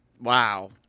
Wow